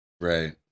Right